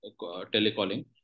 telecalling